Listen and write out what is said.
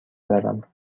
برم